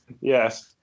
yes